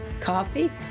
coffee